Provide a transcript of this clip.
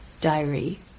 Diary